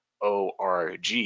ORG